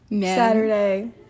saturday